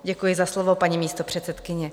Děkuji za slovo, paní místopředsedkyně.